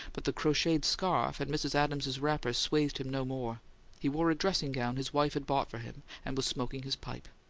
but the crocheted scarf and mrs. adams's wrapper swathed him no more he wore a dressing-gown his wife had bought for him, and was smoking his pipe.